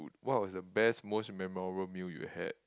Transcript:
what was the best most memorable meal you had